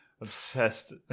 Obsessed